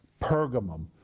Pergamum